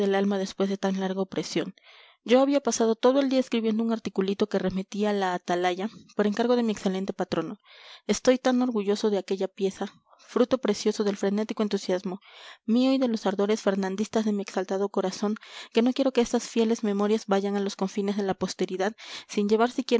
del alma después de tan larga opresión yo había pasado todo el día escribiendo un articulito que remití a la atalaya por encargo de mi excelente patrono estoy tan orgulloso de aquella pieza fruto precioso del frenético entusiasmo mío y de los ardores fernandistas de mi exaltado corazón que no quiero que estas fieles memorias vayan a los confines de la posteridad sin llevar